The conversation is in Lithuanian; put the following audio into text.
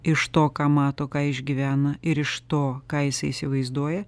iš to ką mato ką išgyvena ir iš to ką jisai įsivaizduoja